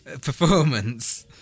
performance